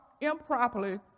improperly